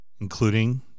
Including